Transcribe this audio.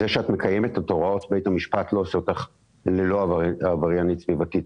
זה שאת מקיימת את הוראות בית המשפט לא עושה אותך ללא עבריינית סביבתית.